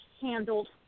handled